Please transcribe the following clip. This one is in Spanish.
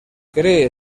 cree